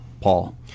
Paul